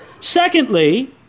Secondly